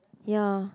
ya